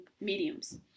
mediums